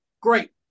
Great